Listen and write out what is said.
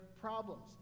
problems